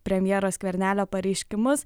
premjero skvernelio pareiškimus